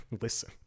listen